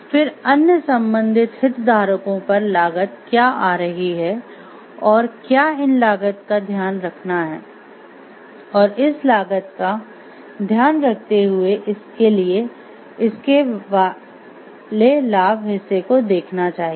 फिर अन्य संबंधित हितधारकों पर लागत क्या आ रही है और क्या इन लागत का ध्यान रखना है और इस लागत का ध्यान रखते हुए इसके वाले लाभ हिस्से को देखना चाहिए